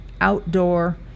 outdoor